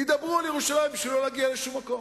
וידברו על ירושלים בשביל לא להגיע לשום מקום.